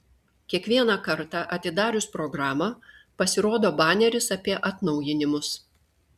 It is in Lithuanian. kiekvieną kartą atidarius programą pasirodo baneris apie atnaujinimus